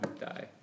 die